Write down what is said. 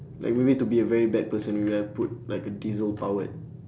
like maybe to be a very bad person maybe I put like a diesel powered